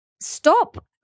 stop